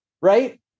right